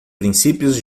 princípios